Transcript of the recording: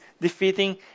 defeating